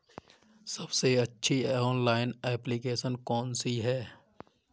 सबसे अच्छी online application कौन सी है?